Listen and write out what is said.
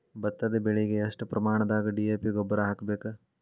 ಭತ್ತದ ಬೆಳಿಗೆ ಎಷ್ಟ ಪ್ರಮಾಣದಾಗ ಡಿ.ಎ.ಪಿ ಗೊಬ್ಬರ ಹಾಕ್ಬೇಕ?